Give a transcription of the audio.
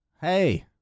Hey